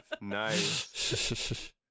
Nice